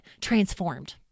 transformed